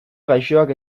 gaixoak